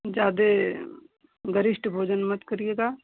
जादे गरिष्ठ भोजन मत करिएगा